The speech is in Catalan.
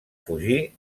fugir